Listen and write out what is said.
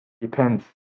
depends